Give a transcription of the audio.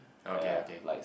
okay okay